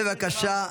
בבקשה,